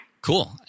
Cool